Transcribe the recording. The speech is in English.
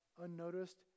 unnoticed